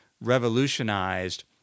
revolutionized